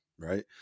right